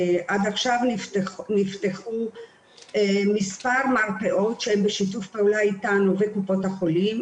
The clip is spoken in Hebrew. עד עכשיו נפתחו מספר מרפאות שהן בשיתוף פעולה איתנו וקופות החולים,